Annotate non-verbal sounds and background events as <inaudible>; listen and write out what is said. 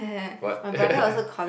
what <laughs>